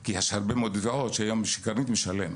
כי יש הרבה מאוד תביעות שהיום קרנית משלמת.